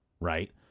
Right